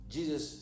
Jesus